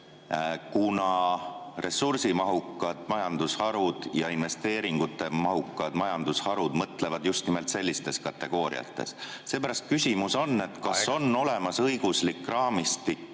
kuna ressursimahukad ja investeeringumahukad majandusharud mõtlevad just nimelt sellistes kategooriates. Seepärast on küsimus selline: kas on olemas õiguslik raamistik,